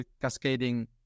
cascading